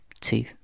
two